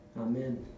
Amen